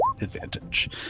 advantage